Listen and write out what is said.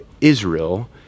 Israel